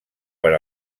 per